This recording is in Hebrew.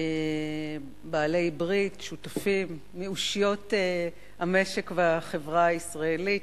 בעלי ברית, שותפים, מאושיות המשק והחברה הישראלית,